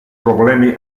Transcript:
problemi